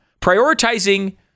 prioritizing